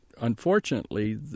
unfortunately